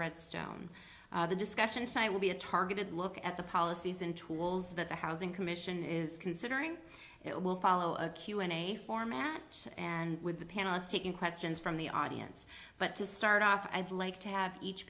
redstone the discussion site will be a targeted look at the policies and tools that the housing commission is considering it will follow a q and a format and with the panelists taking questions from the audience but to start off i'd like to have each